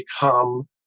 become